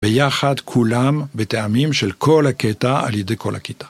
ביחד כולם בטעמים של כל הקטע על ידי כל הכיתה.